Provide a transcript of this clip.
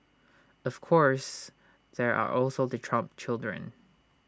of course there are also the Trump children